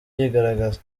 yigaragaza